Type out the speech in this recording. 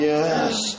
Yes